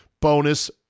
bonus